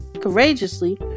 courageously